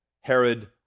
Herod